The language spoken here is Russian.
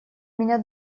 меня